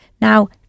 Now